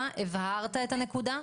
אין לנו נתון כזה.